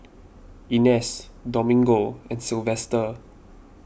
Ines Domingo and Sylvester